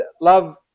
love